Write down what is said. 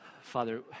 Father